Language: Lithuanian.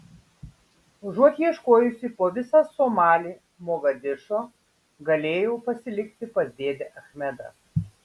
užuot ieškojusi po visą somalį mogadišo galėjau pasilikti pas dėdę achmedą